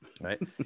Right